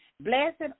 Blessed